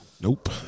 Nope